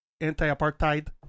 anti-apartheid